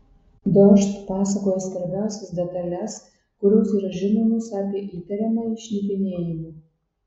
dožd pasakoja svarbiausias detales kurios yra žinomos apie įtariamąjį šnipinėjimu